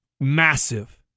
massive